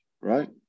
right